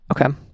Okay